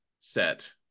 set